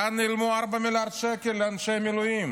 לאן נעלמו 4 מיליארד שקל לאנשי המילואים?